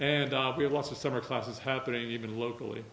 and ah we have lots of summer classes happening even locally